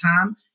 time